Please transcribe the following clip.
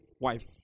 wife